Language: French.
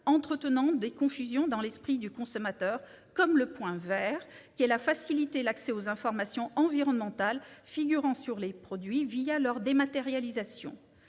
entretenant des confusions dans l'esprit du consommateur, comme le « point vert », qu'elle a facilité l'accès aux informations environnementales figurant sur les produits leur dématérialisation,